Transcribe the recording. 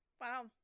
Wow